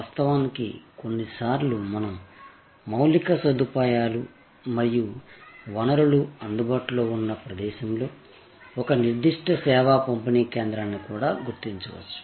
వాస్తవానికి కొన్నిసార్లు మనం మౌలిక సదుపాయాలు మరియు వనరులు అందుబాటులో ఉన్న ప్రదేశంలో ఒక నిర్దిష్ట సేవా పంపిణీ కేంద్రాన్ని కూడా గుర్తించవచ్చు